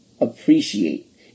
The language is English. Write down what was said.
appreciate